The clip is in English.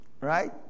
right